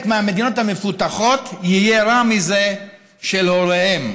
מהמדינות המפותחות יהיה רע מזה של הוריהם.